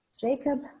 Jacob